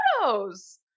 photos